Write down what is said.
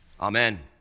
Amen